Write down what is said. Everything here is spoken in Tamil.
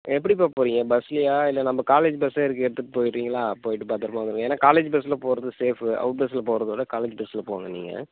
எப்படிப்பா போகறீங்க பஸ்லயா இல்லை நம்ம காலேஜ் பஸ்ஸே இருக்கு எடுத்துட்டுப் போயிறீங்களா போயிட்டு பத்தரமாக வந்துருங்க ஏன்னா காலேஜ் பஸ்ஸில் போகறது சேஃப் அவுட்பஸ்ஸில் போகறதவிட காலேஜ் பஸ்ஸில் போங்க நீங்கள்